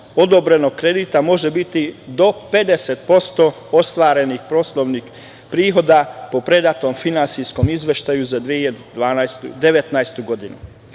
kredita može biti do 50% ostvarenih poslovnih prihoda po predatom finansijskom izveštaju za 2012-2019.